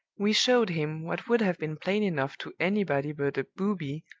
we showed him, what would have been plain enough to anybody but a booby,